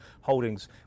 holdings